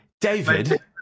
David